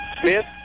Smith